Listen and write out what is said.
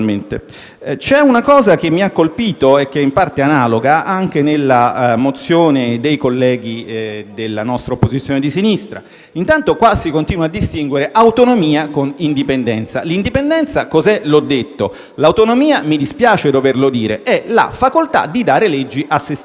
poi un aspetto che mi ha colpito, è che è in parte analogo, anche nella mozione dei colleghi della nostra opposizione di sinistra. Intanto, qui si continua a confondere autonomia con indipendenza. Cosa sia l'indipendenza io l'ho detto. L'autonomia - mi dispiace doverlo dire - è la facoltà di dare leggi a se stessi.